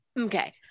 Okay